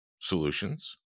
solutions